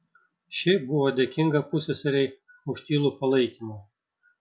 ši buvo dėkinga pusseserei už tylų palaikymą